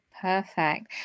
Perfect